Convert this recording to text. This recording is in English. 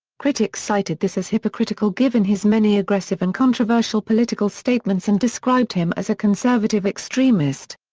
critics cited this as hypocritical given his many aggressive and controversial political statements and described him as a conservative extremist.